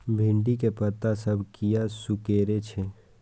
भिंडी के पत्ता सब किया सुकूरे छे?